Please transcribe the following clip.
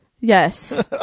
Yes